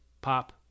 pop